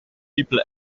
people